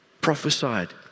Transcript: Prophesied